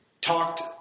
talked